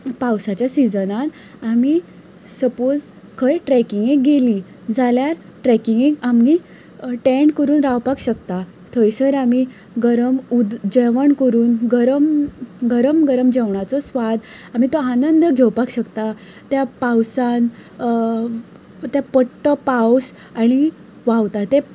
पावसाच्या सिजनांत आमी सपॉज खंय ट्रेकींगेक गेलीं जाल्यार ट्रेकींगेक आमी टेंट करून रावपाक शकता थंयसर आमी गरम उद जेवण करून गरमगरम गरम जेवणाचो स्वाद आमी तो आनंद घेवपाक शकता त्या पावसान तो पडटो पावस आनी व्हांवता तें